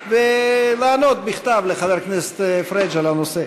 ולענות בכתב לחבר הכנסת פריג' על הנושא.